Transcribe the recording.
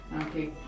Okay